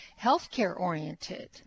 healthcare-oriented